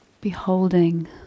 beholding